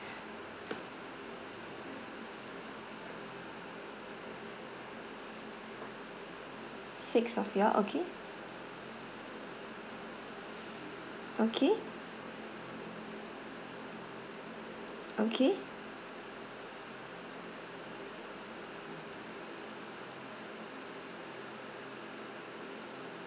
six of you all okay okay okay